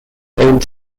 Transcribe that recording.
owned